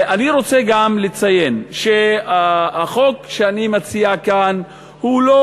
אני רוצה גם לציין שהחוק שאני מציע כאן הוא לא